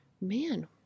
man